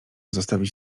zostawiać